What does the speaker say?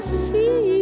see